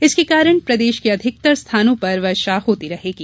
इसके कारण प्रदेश के अधिकतर स्थानों पर वर्षा होती रहेगी